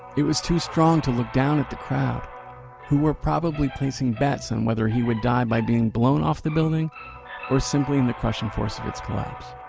it was too strong to look down at the crowd who were probably placing bets on whether he would die by being blown off the building or simply in the crushing force of its collapse.